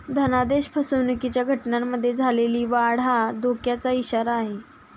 धनादेश फसवणुकीच्या घटनांमध्ये झालेली वाढ हा धोक्याचा इशारा आहे